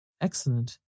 Excellent